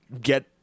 get –